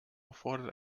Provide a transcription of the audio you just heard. erfordert